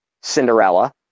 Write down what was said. Cinderella